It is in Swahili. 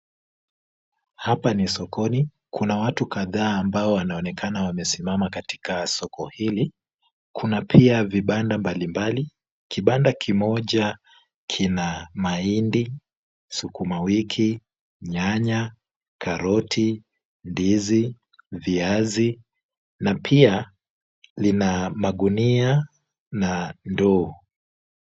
Hapa ni sokoni. Kuna watu kadhaa wanaonekana wamesimama katika soko hili. Kuna pia vibanda mbalimbali. Kibanda kimoja kina mahindi, sukuma wiki, nyanya, karoti, ndizi, viazi na pia lina magunia na ndoo.